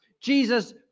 Jesus